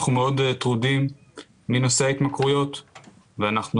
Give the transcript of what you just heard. אנחנו מאוד טרודים מנושא ההתמכרויות ואנחנו